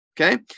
okay